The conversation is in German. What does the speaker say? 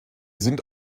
sind